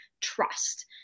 trust